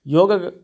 योगः